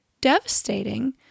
devastating